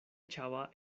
echaba